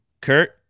Kurt